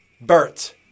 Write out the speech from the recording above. Bert